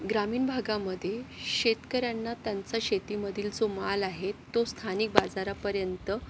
ग्रामीण भागामध्ये शेतकऱ्यांना त्यांचा शेतीमधील जो माल आहे तो स्थानिक बाजारापर्यंत